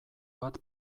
bat